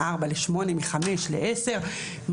מארבע לשמונה ומחמש לעשר,